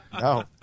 No